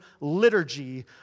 liturgy